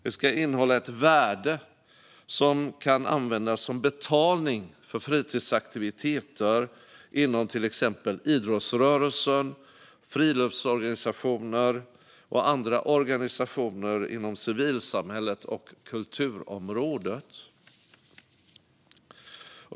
Det ska innehålla ett värde som kan användas som betalning för fritidsaktiviteter inom till exempel idrottsrörelsen, friluftsorganisationer och andra organisationer inom civilsamhället och kulturområdet.